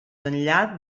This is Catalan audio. enllà